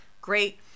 Great